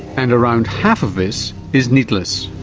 and around half of this is needless.